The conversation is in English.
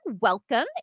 welcome